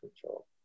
control